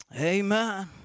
Amen